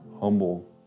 humble